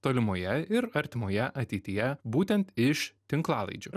tolimoje ir artimoje ateityje būtent iš tinklalaidžių